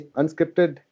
unscripted